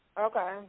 okay